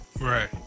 Right